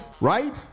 right